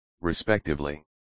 respectively